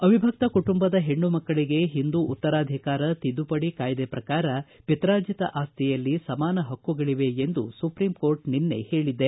ಅವಿಭಕ್ತ ಕುಟುಂಬದ ಹೆಣ್ಣುಮಕ್ಕಳಿಗೆ ಹಿಂದೂ ಉತ್ತರಾಧಿಕಾರ ತಿದ್ದುಪಡಿ ಕಾಯ್ದೆ ಪ್ರಕಾರ ಪಿತ್ರಾರ್ಜಿತ ಆಸ್ತಿಯಲ್ಲಿ ಸಮಾನ ಹಕ್ಕುಗಳವೆ ಎಂದು ಸುಪ್ರೀಂಕೋರ್ಟ್ ನಿನ್ನೆ ಹೇಳಿದೆ